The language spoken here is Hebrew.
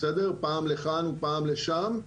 פעם לכאן ופעם לשם.